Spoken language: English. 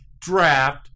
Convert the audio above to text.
draft